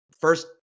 first